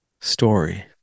story